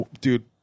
Dude